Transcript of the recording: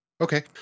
Okay